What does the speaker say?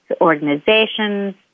organizations